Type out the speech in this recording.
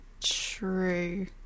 true